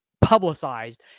publicized